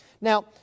Now